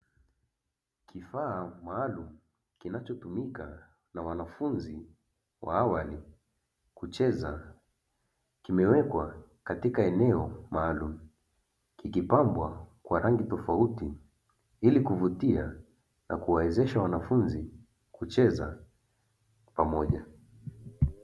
Kifaa maalumu kinachotumika na wanafunzi wa awali kucheza kimewekwa katika eneo maalumu kikipambwa kwa rangi tofauti, ili kuvutia na kuwawezesha wanafunzi kucheza pamoja.